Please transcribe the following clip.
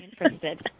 interested